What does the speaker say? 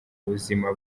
buzima